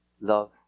Love